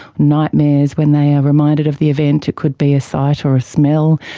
nightmares when they are reminded of the event. it could be a sight or a smell,